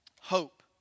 hope